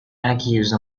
accused